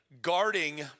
guarding